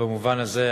במובן הזה,